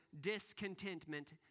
discontentment